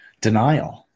denial